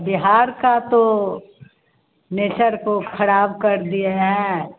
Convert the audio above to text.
बिहार का तो नेचर को खराब कर दिए हैं